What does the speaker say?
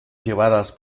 llevadas